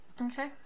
Okay